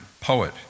poet